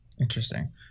Interesting